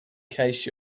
case